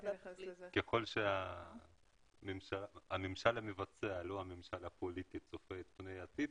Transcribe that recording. ככל שהממשל המבצע לא הממשלה הפוליטית צופה פני עתיד,